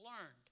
learned